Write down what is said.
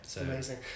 amazing